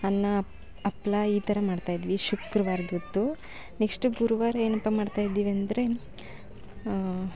ಅನ್ನ ಹಪ್ಳ ಈ ಥರ ಮಾಡ್ತಾಯಿದ್ವಿ ಶುಕ್ರವಾರದೊತ್ತು ನೆಕ್ಶ್ಟ್ ಗುರುವಾರ ಏನಪ್ಪ ಮಾಡ್ತಾಯಿದ್ದಿವಿ ಅಂದರೆ